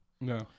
No